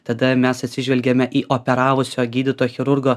tada mes atsižvelgiame į operavusio gydytojo chirurgo